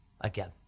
again